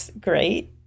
Great